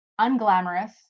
unglamorous